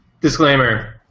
Disclaimer